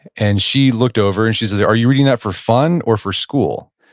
and she looked over and she says, are you reading that for fun or for school?